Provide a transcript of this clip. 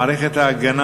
מערכת ההגנה,